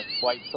white